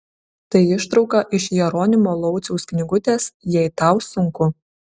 tai ištrauka iš jeronimo lauciaus knygutės jei tau sunku